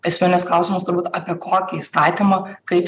esminis klausimas turbūt apie kokį įstatymą kaip